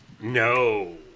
No